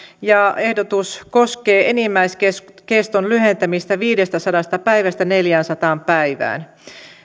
ja ehdotus koskee enimmäiskeston lyhentämistä viidestäsadasta päivästä neljäänsataan päivään